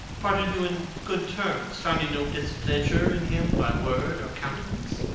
parted you in good terms? found you no displeasure in him by word or countenance?